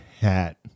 hat